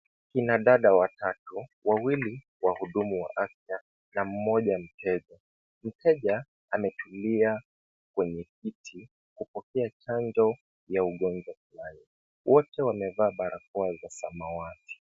Kinadada watatu, wawili, wahudumu wa afya, na mmoja mteja. Mteja ametulia kwenye kiti, kupokea chanjo ya ugonjwa fulani. Wote wamevaa barakoa za samawati.